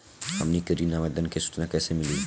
हमनी के ऋण आवेदन के सूचना कैसे मिली?